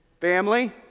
Family